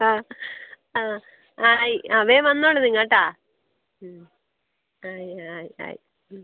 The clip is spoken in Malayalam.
ആ ആ ആ ആയി ആ വേഗം വന്നോളൂ നിങ്ങൾ കേട്ടോ ഉം ആയി ആയി ആയി ഉം